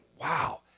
wow